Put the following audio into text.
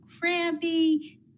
crabby